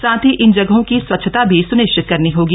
साथ ही इन जगहों की स्वच्छता भी सुनिश्चित करनी होगी